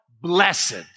blessed